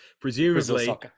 presumably